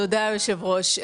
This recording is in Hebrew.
תודה, היושב-ראש.